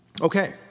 Okay